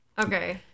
Okay